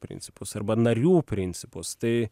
principus arba narių principus tai